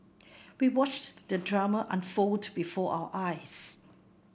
we watched the drama unfold before our eyes